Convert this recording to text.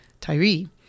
Tyree